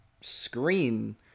screen